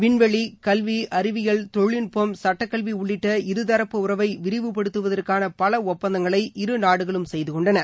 விண்வெளி கல்வி அறிவியல் தொழில்நுட்பம் சட்டக்கல்வி உள்ளிட்ட இருதரப்பு உறவை விரிவுப்படுத்துவதற்கான பல ஒப்பந்தங்களை இருநாடுகளும் செய்துகொண்டன